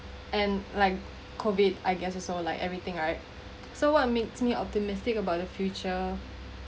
and like COVID I guess also like everything right so what makes me optimistic about the future